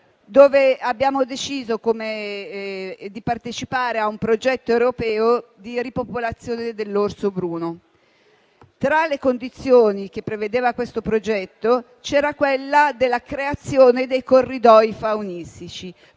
abbiamo deciso di partecipare a un progetto europeo di ripopolazione dell'orso bruno. Tra le condizioni previste dal progetto vi era la creazione dei corridoi faunistici,